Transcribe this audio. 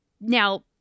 Now